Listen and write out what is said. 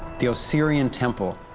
the osirian temple,